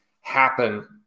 happen